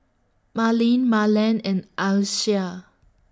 Marlene Marland and Alysha